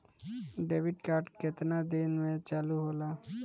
Debit card केतना दिन में चालु होला?